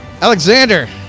Alexander